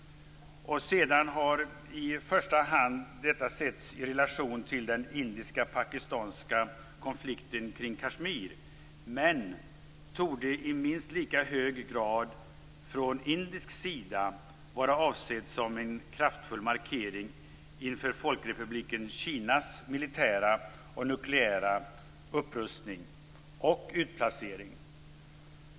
Sedan har detta i första hand setts i relation till den indisk-pakistanska konflikten kring Kashmir, men det torde i minst lika hög grad från indisk sida ha varit avsett som en kraftfull markering inför Folkrepubliken Kinas militära och nukleära upprustning och utplacering.